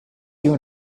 your